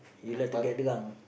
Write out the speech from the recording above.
you like to get drunk